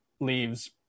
leaves –